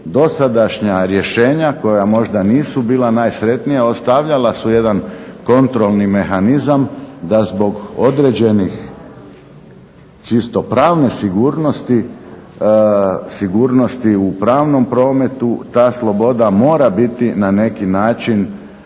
Dosadašnja rješenja koja možda nisu bila najsretnija ostavljala su jedan kontrolni mehanizam da zbog određenih čisto pravne sigurnosti u pravnom prometu ta sloboda mora biti na neki način